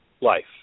Life